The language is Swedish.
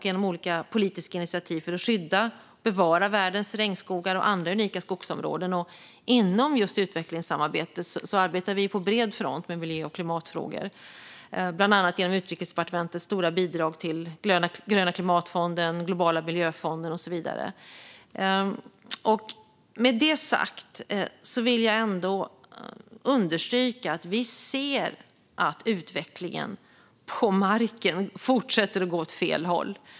Genom olika politiska initiativ för att skydda och bevara världens regnskogar och andra unika skogsområden arbetar vi inom utvecklingssamarbetet på bred front med miljö och klimatfrågor, bland annat genom Utrikesdepartementets stora bidrag till den gröna klimatfonden, den globala miljöfonden och så vidare. Med detta sagt vill jag understryka att vi ser att utvecklingen på marken fortsätter att gå åt fel håll.